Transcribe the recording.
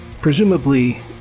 presumably